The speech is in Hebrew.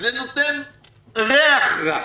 זה נותן ריח רע,